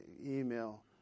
email